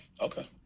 Okay